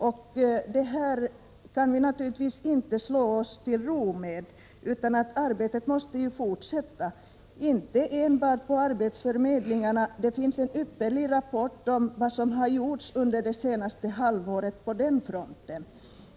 Vi kan naturligtvis inte slå oss till ro med detta, utan arbetet måste fortsätta, men inte enbart på arbetsförmedlingarna. Det finns en ypperlig rapport om vad som har gjorts under det senaste halvåret på den fronten.